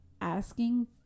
asking